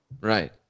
right